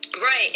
right